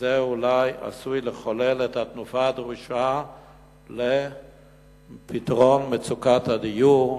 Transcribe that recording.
וזה אולי עשוי לחולל את התנופה הדרושה לפתרון מצוקת הדיור,